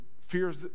fears